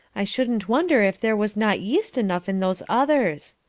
i shouldn't wonder if there was not yeast enough in those others,